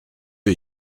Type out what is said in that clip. est